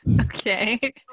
okay